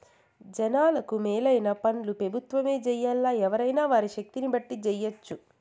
జనాలకు మేలైన పన్లు పెబుత్వమే జెయ్యాల్లా, ఎవ్వురైనా వారి శక్తిని బట్టి జెయ్యెచ్చు